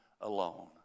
alone